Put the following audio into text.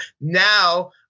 now